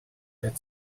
had